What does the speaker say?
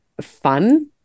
fun